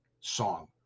song